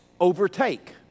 overtake